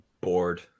bored